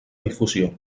difusió